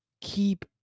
Keep